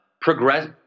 progress